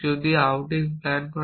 যদি outing plan করেন